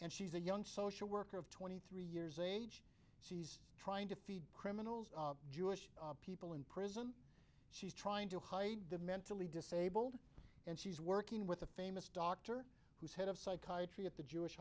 and she's a young social worker of twenty three years age he's trying to feed criminals jewish people in prison she's trying to hide the mentally disabled and she's working with a famous doctor who's head of psychiatry at the jewish